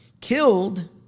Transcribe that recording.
Killed